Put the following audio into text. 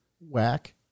whack